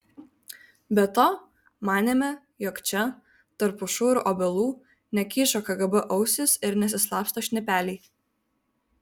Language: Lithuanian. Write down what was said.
be to manėme jog čia tarp pušų ir obelų nekyšo kgb ausys ir nesislapsto šnipeliai